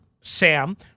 Sam